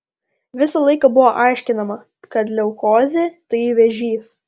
visą laiką buvo aiškinama kad leukozė tai vėžys